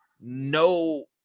no